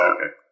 Okay